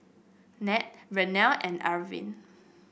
Nat Vernell and Arvin